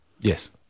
Yes